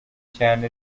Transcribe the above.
cyane